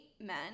men